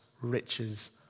riches